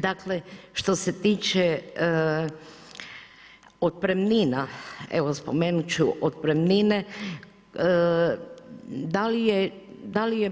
Dakle što se tiče otpremnina, evo spomenut ću otpremnine, da li je,